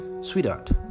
Sweetheart